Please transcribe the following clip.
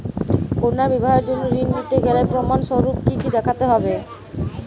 কন্যার বিবাহের জন্য ঋণ নিতে গেলে প্রমাণ স্বরূপ কী কী দেখাতে হবে?